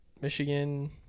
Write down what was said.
Michigan